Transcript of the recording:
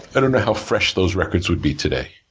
i don't know how fresh those records would be today.